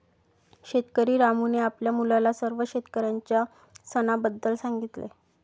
शेतकरी रामूने आपल्या मुलाला सर्व शेतकऱ्यांच्या सणाबद्दल सांगितले